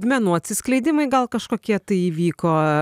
menų atsiskleidimai gal kažkokie tai įvyko